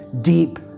deep